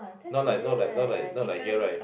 not like not like not like not like here right